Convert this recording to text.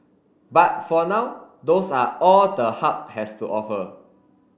but for now those are all the hub has to offer